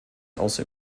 also